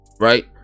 right